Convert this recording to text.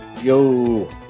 Yo